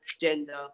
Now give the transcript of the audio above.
gender